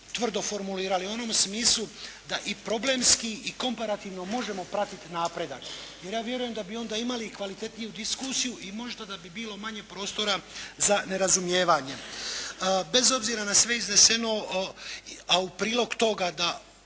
tvrdo formulirali u onom smislu da i problemski i komparativno možemo pratiti napredak. Jer ja vjerujem da bi onda imali i kvalitetniju diskusiju i možda da bi bilo manje prostora za nerazumijevanje. Bez obzira na sve izneseno, a u prilog toga da